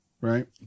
right